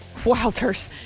Wowzers